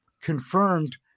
confirmed